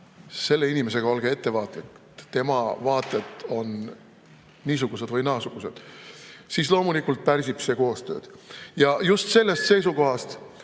selle inimesega olge ettevaatlik, tema vaated on niisugused või naasugused, siis loomulikult pärsib see koostööd. Ja just sellest seisukohast